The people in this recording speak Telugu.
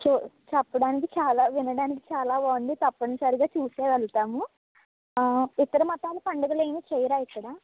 చో చెప్పడానికి చాలా వినడానికి చాలా బాగుంది తప్పనిసరిగా చూసే వెళ్తాము ఇతర మతాల పండుగలు ఏమి చేయారా ఇక్కడ